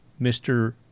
Mr